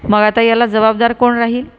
मग आता याला जबाबदार कोण राहील